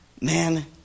man